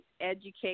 Educate